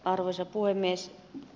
arvoisa puhemies